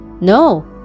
No